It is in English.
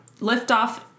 Liftoff